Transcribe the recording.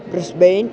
क्रिस्बैन्